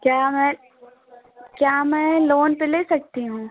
क्या मैं क्या मैं लोन पे ले सकती हूँ